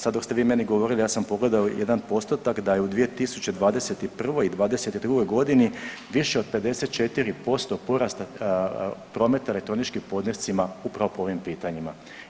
Sad dok ste vi meni govorili ja sam pogledao jedan postotak da je u 2021. i '22. godini više od 54% porasta prometa elektroničkim podnescima upravo po ovim pitanjima.